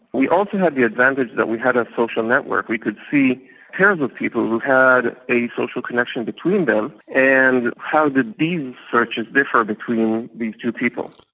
we also had the advantage that we had a social network, we could see pairs of people who had a social connection between them and how did these searches differ between these two people.